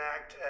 Act